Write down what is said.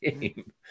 game